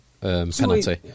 penalty